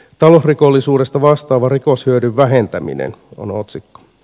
talousrikollisuudesta saatavan rikoshyödyn vähentäminen on otsikko